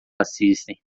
assistem